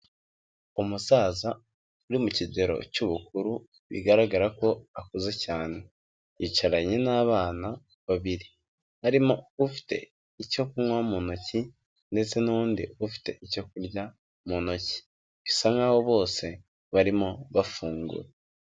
Umusaza uri mu kigero cy'ubukuru bigaragara ko akuze cyane. Yicaranye n'abana babiri harimo ufite icyo kunywa mu ntoki ndetse n'undi ufite icyo kurya mu ntoki. Bisa nkaho bose barimo bafungura.